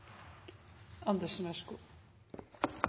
Andersen,